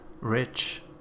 Rich